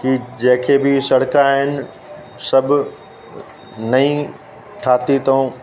की जेके बि सड़कां आहिनि सभु नईं ठाती अथऊं